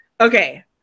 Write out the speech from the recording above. Okay